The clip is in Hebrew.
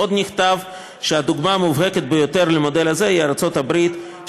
עוד נכתב שהדוגמה המובהקת ביותר למודל הזה היא ארצות הברית,